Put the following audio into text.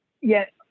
Yes